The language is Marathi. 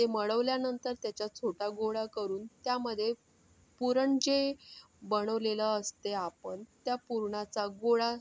ते मळवल्यानंतर त्याचा छोटा गोळा करून त्यामध्ये पुरण जे बनवलेलं असते आपण त्या पुरणाचा गोळा